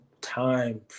time